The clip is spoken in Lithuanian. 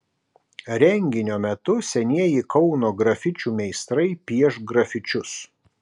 renginio metu senieji kauno grafičių meistrai pieš grafičius